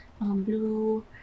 blue